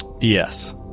Yes